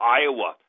Iowa